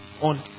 on